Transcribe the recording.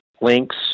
links